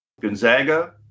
Gonzaga